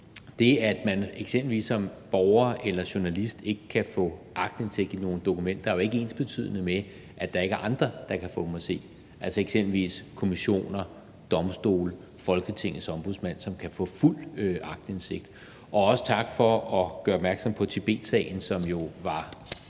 det, at man eksempelvis som borger eller journalist ikke kan få aktindsigt i nogle dokumenter, jo ikke er ensbetydende med, at der ikke er andre, der kan få dem at se, altså eksempelvis kommissioner, domstole, Folketingets Ombudsmand, som kan få fuld aktindsigt. Og også tak for at gøre opmærksom på Tibetsagen, som jo var